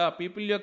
people